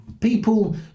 people